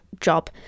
job